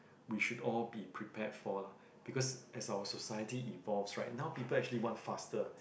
we should all be prepared for lah because as our society evolved right now people actually want faster